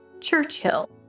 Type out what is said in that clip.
Churchill